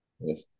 Yes